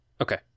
Okay